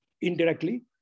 indirectly